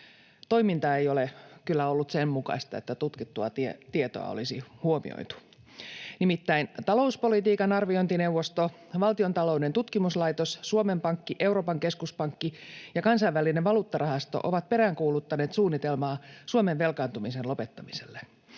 Toiminta ei ole kyllä ollut sen mukaista, että tutkittua tietoa olisi huomioitu. Nimittäin talouspolitiikan arviointineuvosto, valtiontalouden tutkimuslaitos, Suomen Pankki, Euroopan keskuspankki ja Kansainvälinen valuuttarahasto ovat peräänkuuluttaneet suunnitelmaa Suomen velkaantumisen lopettamiselle.